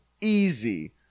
Easy